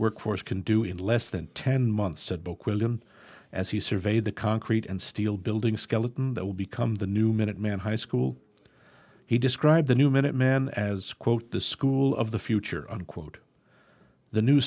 workforce can do in less than ten months said book william as he surveyed the concrete and steel building skeleton that will become the new minuteman high school he described the new minuteman as quote the school of the future unquote the new